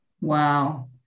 Wow